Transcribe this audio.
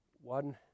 one